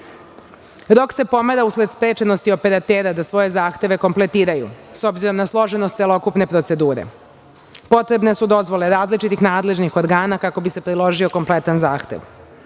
Rok se pomera usled sprečenosti operatera da svoje zahteve kompletiraju, s obzirom na složenost celokupne procedure. Potrebne su dozvole različitih nadležnih organa kako bi se priložio kompletan zahtev. Takođe,